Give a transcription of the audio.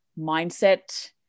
mindset